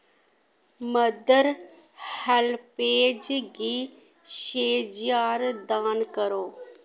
mother HelpAge गी छे ज्हार दान करो